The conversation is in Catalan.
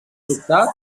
sobtat